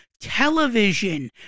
television